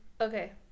Okay